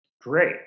Great